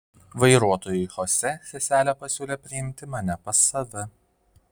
vairuotojui chosė seselė pasiūlė priimti mane pas save